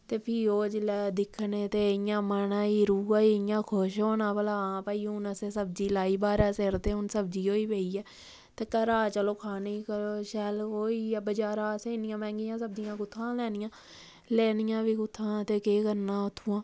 ते फ्ही ओह् जिल्लै दिक्खने ते इ'यां मना गी रूहा गी इ'यां खुश होना भला हां भाई हून असें सब्जी लाई ब्हारा सिर ते हून सब्जी होई पेई ऐ ते घरा चलो खाने गी शैल ओह् होई गेआ बजारा असें इन्नियां मैंह्गियां सब्जियां कु'त्थुआं लैनियां लैनियां बी कु'त्थुआं ते केह् करना उत्थुआं